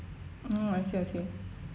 mm I see I see